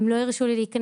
הם לא הרשו לי להיכנס.